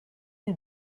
you